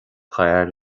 d’fhear